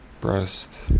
breast